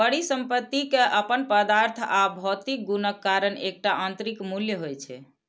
परिसंपत्ति के अपन पदार्थ आ भौतिक गुणक कारण एकटा आंतरिक मूल्य होइ छै